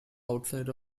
outside